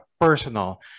personal